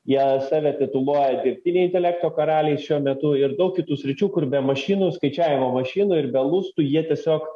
jie save tituluoja dirbtinio intelekto karaliais šiuo metu ir daug kitų sričių kur be mašinų skaičiavimo mašinų ir be lustų jie tiesiog